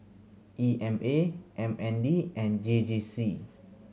E M A M N D and J J C